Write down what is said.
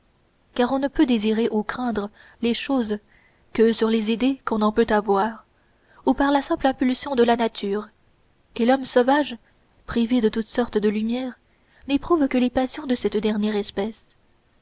car on ne peut désirer ou craindre les choses que sur les idées qu'on en peut avoir ou par la simple impulsion de la nature et l'homme sauvage privé de toute sorte de lumières n'éprouve que les passions de cette dernière espèce